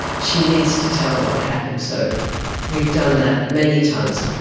she needs to tell what happened. so we've done that many times.